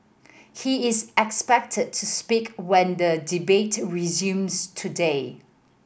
he is expected to speak when the debate resumes today